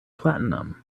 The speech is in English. platinum